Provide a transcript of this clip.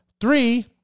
Three